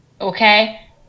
Okay